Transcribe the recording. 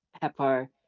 pepper